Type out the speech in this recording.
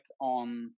on